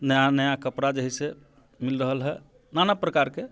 नया नया कपड़ा जे है से मिल रहल है नाना प्रकारके